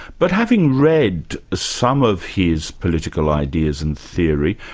but having read some of his political ideas and theory,